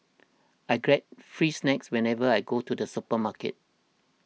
I get free snacks whenever I go to the supermarket